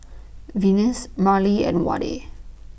Venice Marley and Wade